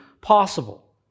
possible